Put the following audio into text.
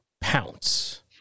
pounce